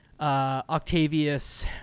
Octavius